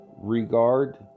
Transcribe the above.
regard